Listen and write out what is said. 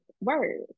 words